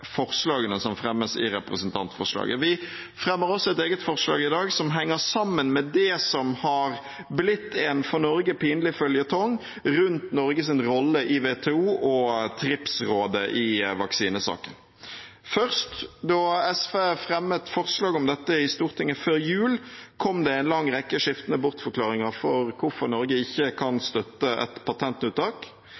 forslagene som fremmes i representantforslaget. Vi fremmer også et eget forslag i dag som henger sammen med det som har blitt en for Norge pinlig føljetong rundt Norges rolle i WTO og TRIPS-rådet i vaksinesaken. Da SV fremmet forslag om dette i Stortinget før jul, kom det en lang rekke skiftende bortforklaringer på hvorfor Norge ikke kan